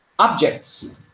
Objects